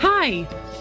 Hi